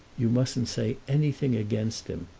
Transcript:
you mustn't say anything against him,